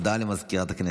הודעה לסגנית מזכיר הכנסת.